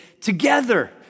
together